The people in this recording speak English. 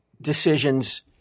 decisions